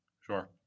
Sure